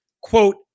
quote